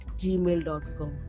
gmail.com